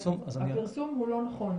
הפרסום הוא לא נכון?